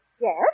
Yes